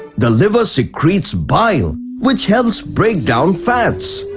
the liver secretes bile, which helps break down fats.